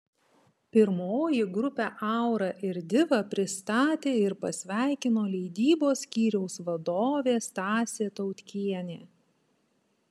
pirmoji grupę aura ir diva pristatė ir pasveikino leidybos skyriaus vadovė stasė tautkienė